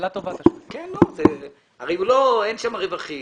הרי אין שם רווחים,